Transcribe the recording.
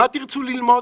מה תרצו ללמוד,